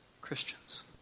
Christians